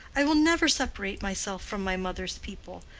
i will never separate myself from my mother's people.